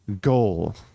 goal